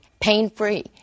pain-free